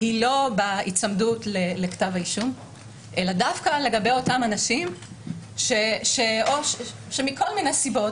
היא לא בהיצמדות לכתב האישום אלא דווקא לגבי אותם אנשים שמכל מיני סיבות